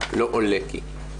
ולא "עולה כי".